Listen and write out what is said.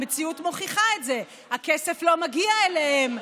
המציאות מוכיחה את זה, הכסף לא מגיע אליהם,